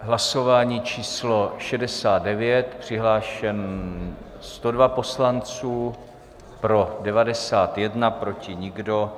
Hlasování číslo 69, přihlášeno 102 poslanců, pro 91, proti nikdo.